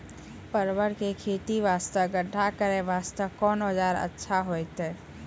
परवल के खेती वास्ते गड्ढा करे वास्ते कोंन औजार अच्छा होइतै?